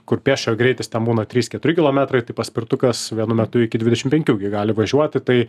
kur pėsčiojo greitis ten būna trys keturi kilometrai tai paspirtukas vienu metu iki dvidešim penkių gi gali važiuoti tai